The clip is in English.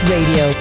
Radio